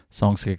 songs